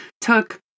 took